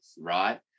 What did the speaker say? right